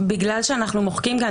בזמנו משרד הפנים אמר: כן,